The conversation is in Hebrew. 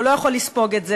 שהוא לא יכול לספוג את זה,